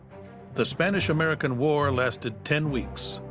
the spanish american war lasted ten weeks,